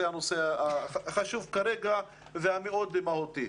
הנושא החשוב כרגע ושהוא מאוד מהותי.